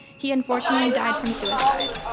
he unfortunately died from suicide.